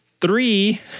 Three